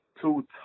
two